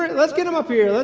let's get them up here.